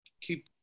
keep